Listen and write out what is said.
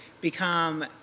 become